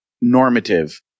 normative